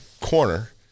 corner